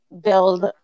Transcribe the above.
build